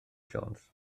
jones